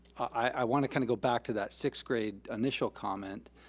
i wanna kinda go back to that sixth grade initial comment.